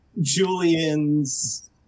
Julian's